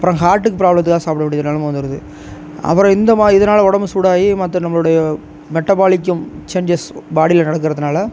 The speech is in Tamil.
அப்பறம் ஹார்ட்டு பிராபளத்துக்காக சாப்பிட வேண்டிய நிலம வந்துடுது அப்புறம் இந்தமாதிரி இதனால உடம்பு சூடாகி மற்ற நம்மளோடைய மெட்டபாலிக்கம் சேஞ்சஸ் பாடியில் நடக்கிறதுனால